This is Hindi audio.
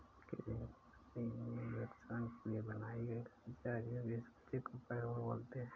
किसी कंपनी मे भुगतान के लिए बनाई गई कर्मचारियों की सूची को पैरोल बोलते हैं